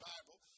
Bible